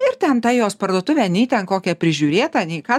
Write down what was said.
ir ten ta jos parduotuvė nei ten kokia prižiūrėta nei ką